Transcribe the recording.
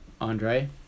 Andre